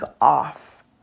off